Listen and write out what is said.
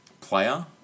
player